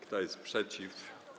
Kto jest przeciw?